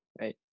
right